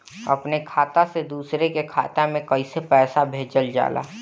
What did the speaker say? अपने खाता से दूसरे के खाता में कईसे पैसा भेजल जाला?